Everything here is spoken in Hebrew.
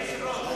אדוני היושב-ראש.